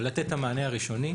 בלתת את המענה הראשוני